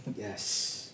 yes